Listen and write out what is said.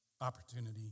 opportunity